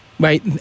Right